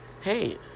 Hey